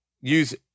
use